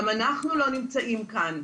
גם אנחנו לא נמצאים כאן.